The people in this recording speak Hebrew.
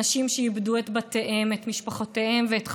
אנשים איבדו את בתיהם, את משפחותיהם ואת חבריהם.